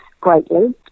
greatly